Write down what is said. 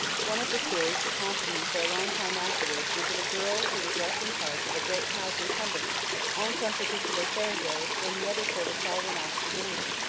one of the stories that haunted me for a long time afterwards was of a girl who was left in charge of a great house in cumberland on some particular fair-day, when the other servants all went off to the gaieties.